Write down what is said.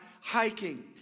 hiking